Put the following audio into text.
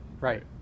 Right